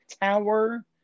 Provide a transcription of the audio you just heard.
Tower